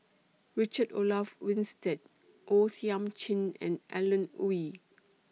Richard Olaf Winstedt O Thiam Chin and Alan Oei